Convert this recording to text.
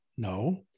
No